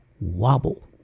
wobble